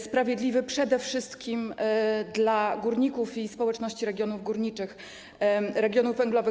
Sprawiedliwy przede wszystkim dla górników i społeczności regionów górniczych, regionów węglowych.